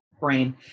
brain